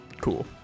cool